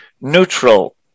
neutral